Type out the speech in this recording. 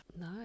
no